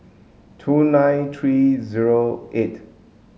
two nine three zero eight